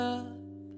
up